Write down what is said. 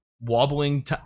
wobbling